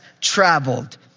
traveled